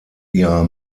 ihrer